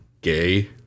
gay